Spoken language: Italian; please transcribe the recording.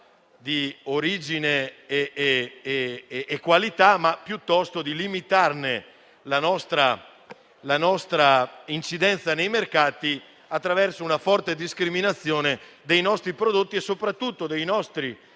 di origine e qualità, ma piuttosto limitare la nostra incidenza nei mercati attraverso una forte discriminazione dei prodotti italiani e soprattutto delle